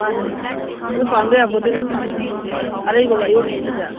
ꯃꯥꯟꯅꯦ ꯑꯗꯨ ꯄꯥꯡꯗ ꯌꯥꯄꯣꯠꯇꯦ ꯅꯠꯇ꯭ꯔꯥ ꯑꯇꯩꯕꯒ ꯑꯌꯣꯟꯕꯒꯁꯦ